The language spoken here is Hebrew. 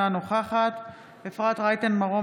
אינה נוכחת אפרת רייטן מרום,